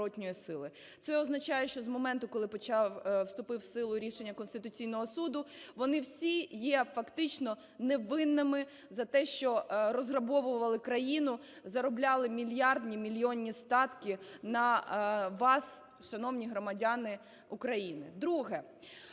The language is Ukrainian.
Це означає, що з моменту, коли почав, вступило у силу рішення Конституційного Суду, вони всі є фактично невинними за те, що розграбовували країну, заробляли мільярдні, мільйонні статки на вас, шановні громадяни України. Друге.